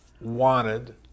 wanted